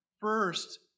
First